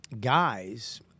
guys